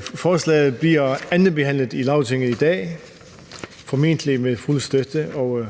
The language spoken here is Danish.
Forslaget bliver andenbehandlet i Lagtinget i dag, formentlig med fuld støtte, og